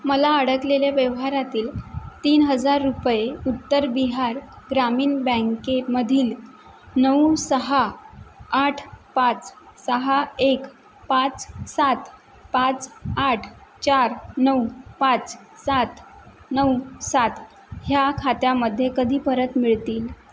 मला अडकलेल्या व्यवहारातील तीन हजार रुपये उत्तर बिहार ग्रामीण बँकेमधील नऊ सहा आठ पाच सहा एक पाच सात पाच आठ चार नऊ पाच सात नऊ सात ह्या खात्यामध्ये कधी परत मिळतील